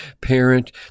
parent